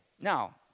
Now